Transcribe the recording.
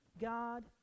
God